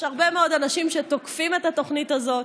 יש הרבה מאוד אנשים שתוקפים את התוכנית הזאת.